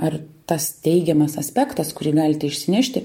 ar tas teigiamas aspektas kurį galite išsinešti